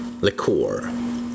Liqueur